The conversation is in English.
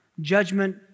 judgment